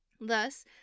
Thus